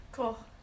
Cool